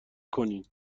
کنین